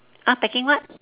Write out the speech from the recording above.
!huh! packing what